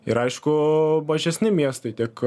ir aišku mažesni miestai tiek